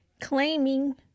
claiming